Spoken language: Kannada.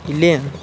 ಇಲ್ಲಿ